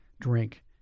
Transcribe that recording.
drink